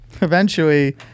eventually-